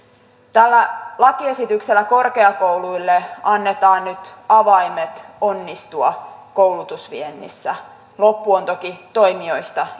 tällä lakiesityksellä korkeakouluille annetaan nyt avaimet onnistua koulutusviennissä loppu on toki toimijoista